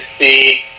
see